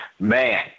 Man